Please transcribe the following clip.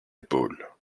épaules